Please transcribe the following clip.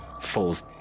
falls